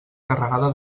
carregada